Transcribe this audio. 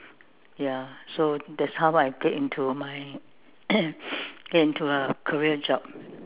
ya so that's how I get into my get into a career job